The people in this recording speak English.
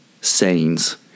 sayings